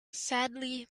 sadly